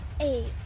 Eight